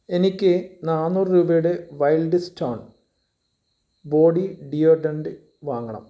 എനിക്ക് നാനൂറ് രൂപയുടെ വൈൽഡ് സ്റ്റോൺ ബോഡി ഡിയോഡൻ്റ് വാങ്ങണം